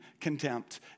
contempt